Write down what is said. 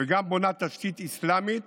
וגם בונה תשתית אסלאמית